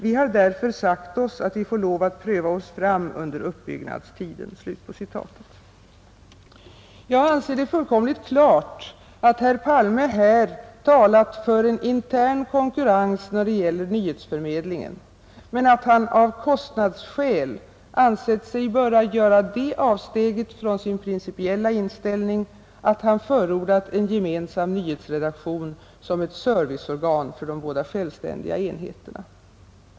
Vi har därför sagt oss att vi får lov att pröva oss fram under uppbyggnadstiden ———.” Jag anser det fullt klart att herr Palme här talat för en intern konkurrens då det gäller nyhetsförmedlingen men att han av kostnadsskäl ansett sig böra göra det avsteget från sin principiella inställning att han förordat en gemensam nyhetsredaktion som ett serviceorgan för de båda självständiga enheterna.